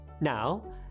Now